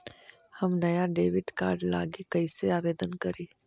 हम नया debit card लागी कईसे आवेदन करी?